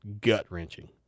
gut-wrenching